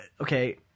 okay